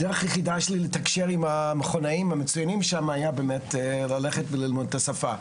הדרך היחידה שלי לתקשר עם המכונאים המצוינים שם הייתה לדבר את השפה.